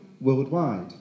worldwide